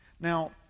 now